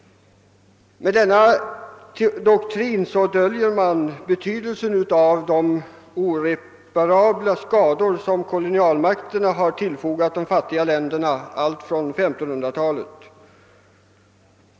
Med denna doktrin döljer man betydelsen av de oreparabla skador som kolonialmakterna har tillfogat de fattiga länderna ända från 1500-talet.